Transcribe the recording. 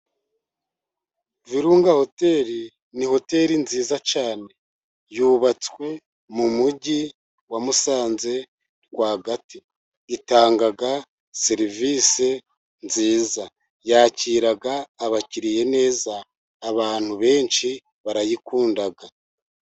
Virunga Hoteli ni hoteli nziza cyane yubatswe mu mujyi wa Musanze rwagati. Itanga serivisi nziza, yakira abakiriya neza. Abantu benshi barayikunda.